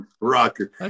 rocker